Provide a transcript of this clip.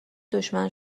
دشمن